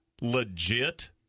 legit